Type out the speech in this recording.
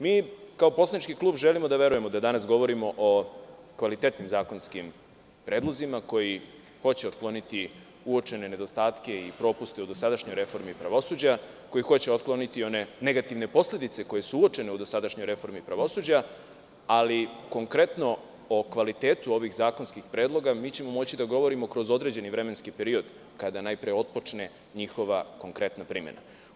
Mi, kao poslanički klub želimo da verujemo da danas govorimo o kvalitetnim zakonskim predlozima koji hoće otkloniti uočene nedostatke i propuste u dosadašnjoj reformi pravosuđa, koji hoće otkloniti one negativne posledice koje su uočene u dosadašnjoj reformi pravosuđa, ali konkretno, o kvalitetu ovih zakonskih predloga, mi ćemo moći da govorimo kroz određeni vremenski period kada najpre otpočne njihova konkretna primena.